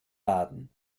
baden